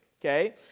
Okay